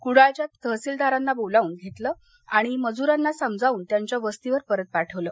कुडाळच्या तहसीलदारांना बोलावून घेत्लिं आणि या मजूरांना समजावून त्यांच्या वस्तीवर परत पाठवलं